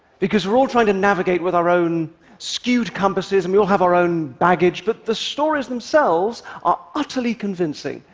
because we're all trying to navigate with our own skewed compasses, and we all have our own baggage, but the stories themselves are utterly convincing.